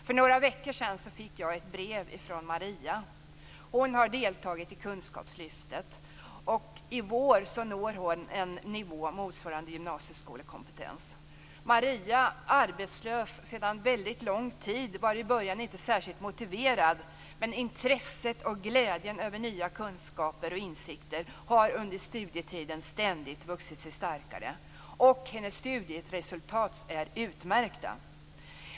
För några veckor sedan fick jag ett brev från Maria. Hon har deltagit i kunskapslyftet, och i vår når hon en nivå motsvarande gymnasieskolekompetens. Maria - arbetslös sedan väldigt lång tid - var i början inte särskilt motiverad, men intresset och glädjen över nya kunskaper och insikter har under studietiden ständigt vuxit sig starkare. Hennes studieresultat är utmärkta.